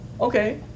okay